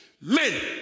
men